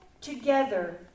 together